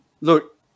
look